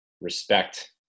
respect